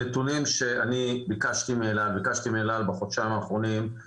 הנתונים שביקשתי מאל על בחודשיים האחרונים הם